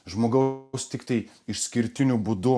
žmogaus tiktai išskirtiniu būdu